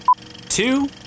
two